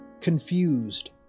confused